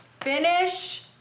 Finish